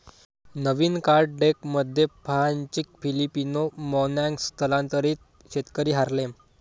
नवीन card डेकमध्ये फाहानचे Filipino manong स्थलांतरित शेतकरी हार्लेम